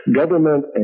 government